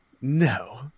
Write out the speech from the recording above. No